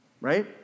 right